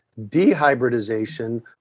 dehybridization